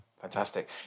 fantastic